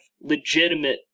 legitimate